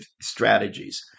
strategies